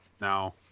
now